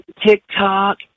TikTok